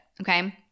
okay